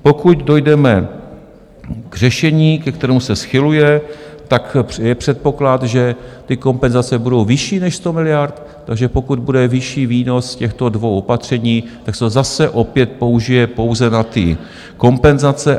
Pokud dojdeme k řešení, ke kterému se schyluje, je předpoklad, že kompenzace budou vyšší než 100 miliard, takže pokud bude vyšší výnos těchto dvou opatření, tak se to zase opět použije pouze na ty kompenzace.